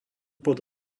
pod